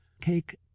Cake